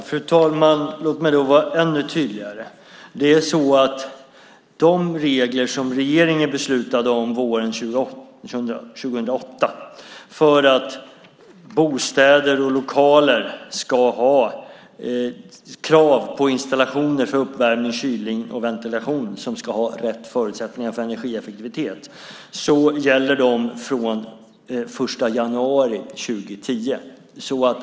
Fru talman! Låt mig då vara ännu tydligare. De regler som regeringen beslutade om våren 2008, med krav på att installationer för uppvärmning, kylning och ventilation i bostäder och lokaler ska ha rätt förutsättningar för energieffektivitet, gäller från den 1 januari 2010.